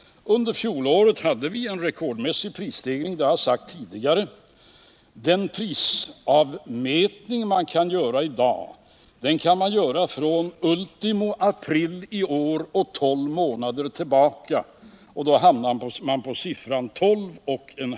Under fjolåret hade vi en rekordmässig prisstegring — det har jag sagt tidigare. Den prisavmätning som kan göras i dag gäller från ultimo april och tolv månader tillbaka, och då hamnar vi på siffran 12,5 "..